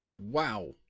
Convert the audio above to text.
Wow